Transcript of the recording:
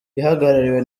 ihagarariwe